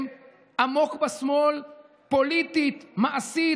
הם עמוק בשמאל פוליטית, מעשית.